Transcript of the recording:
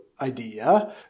idea